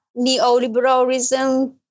neoliberalism